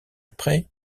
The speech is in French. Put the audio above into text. après